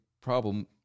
problem